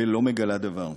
ולא מגלה דבר.